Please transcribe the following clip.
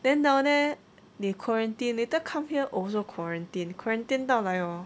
then down there 你 quarantine later come here also quarantine quarantine 到来 oh